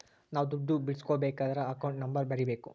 ನಾವ್ ದುಡ್ಡು ಬಿಡ್ಸ್ಕೊಬೇಕದ್ರ ಅಕೌಂಟ್ ನಂಬರ್ ಬರೀಬೇಕು